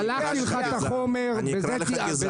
שלחתי לך את החומר ובזה אני מסיים.